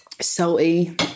Salty